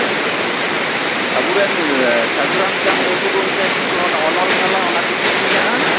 ᱟᱵᱚᱨᱮᱱ ᱥᱟᱫᱷᱩ ᱨᱟᱢᱪᱟᱸᱫᱽ ᱢᱩᱨᱢᱩ ᱜᱚᱢᱠᱮ ᱠᱤᱪᱷᱩ ᱚᱱᱟ ᱚᱱᱚᱞ ᱢᱟᱞᱟ ᱠᱚ ᱠᱤᱪᱷᱩ ᱢᱮᱱᱟᱜᱼᱟ